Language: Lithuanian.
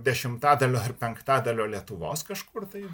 dešimtadalio ir penktadalio lietuvos kažkur tai